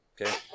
Okay